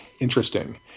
interesting